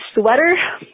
sweater